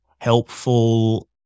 helpful